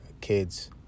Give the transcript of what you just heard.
kids